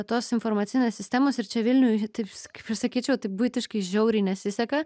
tos informacinės sistemos ir čia vilniuj taips kaip sakyčiau taip buitiškai žiauriai nesiseka